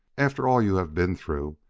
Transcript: after all you have been through,